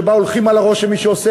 שבה הולכים על הראש של מי שעושה.